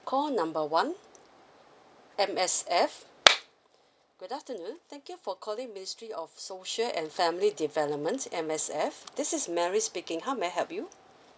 call number one M_S_F good afternoon thank you for calling ministry of social and family developments M_S_F this is mary speaking how may I help you